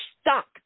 stuck